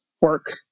work